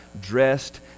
dressed